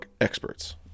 Experts